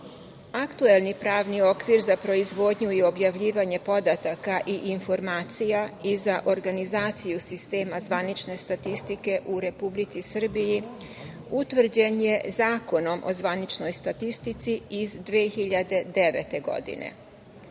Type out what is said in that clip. Aktuelni pravni okvir za proizvodnju i objavljivanje podataka i informacija i za organizaciju sistema zvanične statistike u Republici Srbiji utvrđen je Zakonom o zvaničnoj statistici iz 2009.